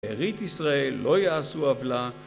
ארית ישראל לא יעשו עוולה